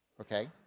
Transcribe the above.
Okay